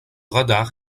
radar